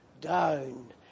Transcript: down